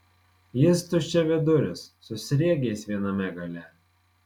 jis tuščiaviduris su sriegiais viename gale